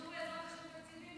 שייתנו, בעזרת השם, תקציבים.